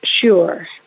sure